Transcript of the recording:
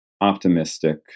optimistic